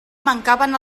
mancaven